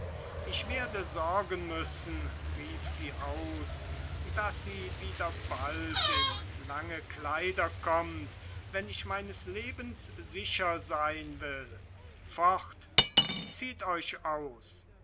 ich werde sorgen müssen rief sie aus daß sie wieder bald in lange kleider kommt wenn ich meines lebens sicher sein will fort zieht euch aus